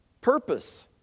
purpose